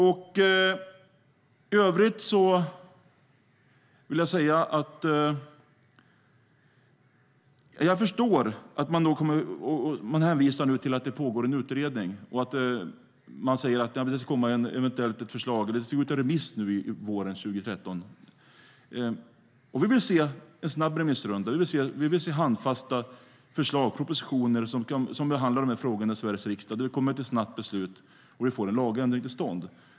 I övrigt vill jag säga att jag förstår att man nu hänvisar till att det pågår en utredning och att man säger att det eventuellt ska komma ett förslag som ska ut på remiss under våren 2013. Vi vill se en snabb remissrunda. Vi vill se handfasta förslag, propositioner som gör att vi kan behandla de här frågorna i Sveriges riksdag, där vi kommer till ett snabbt beslut och får en lagändring till stånd.